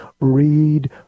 read